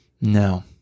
No